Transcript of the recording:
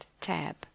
tab